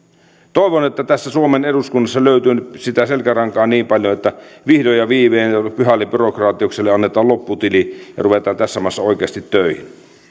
toivon että tässä suomen eduskunnassa löytyy nyt sitä selkärankaa niin paljon että vihdoin ja viimein pyhälle byrokratiukselle annetaan lopputili ja ruvetaan tässä maassa oikeasti töihin